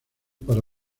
para